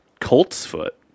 Coltsfoot